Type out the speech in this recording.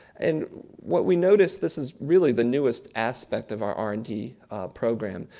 and what we notice this is really the newest aspect of our r and d program,